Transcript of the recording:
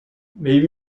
maybe